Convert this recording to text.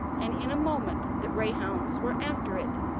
and in a moment the greyhounds were after it,